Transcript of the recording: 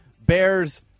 bears